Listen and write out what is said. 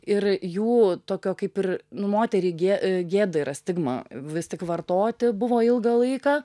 ir jų tokio kaip ir nu moteriai gė gėda yra stigma vis tik vartoti buvo ilgą laiką